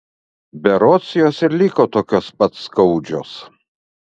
berods jos ir liko tokios pat skaudžios